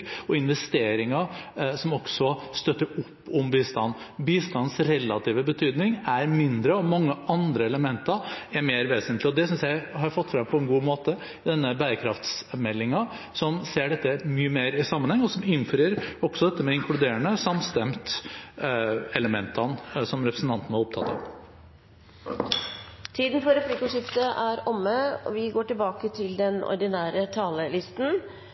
og investeringer som støtter opp om bistanden? Bistandens relative betydning er mindre, og mange andre elementer er mer vesentlige. Det synes jeg vi har fått frem på en god måte i bærekraftsmeldingen, som ser dette mye mer i sammenheng, og som også innfører dette med det inkluderende, samstemtelementene, som representanten var opptatt av. Replikkordskiftet er omme.